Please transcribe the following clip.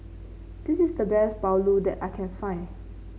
this is the best Pulao that I can find